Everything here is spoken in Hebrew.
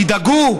תדאגו,